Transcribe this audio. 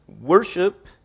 Worship